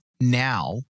now